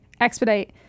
expedite